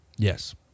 Yes